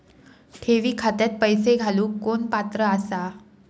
ठेवी खात्यात पैसे घालूक कोण पात्र आसा?